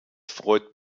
freut